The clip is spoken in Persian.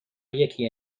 یکی